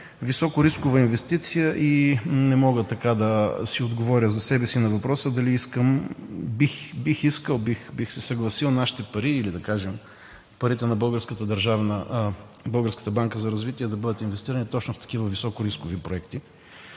високорискова инвестиция, и не мога да отговоря за себе си на въпроса дали искам, бих искал, бих се съгласил нашите пари, или да кажем, парите на Българска банка за развитие да бъдат инвестирани точно в такива високорискови проекти.